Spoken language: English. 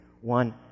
one